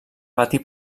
pati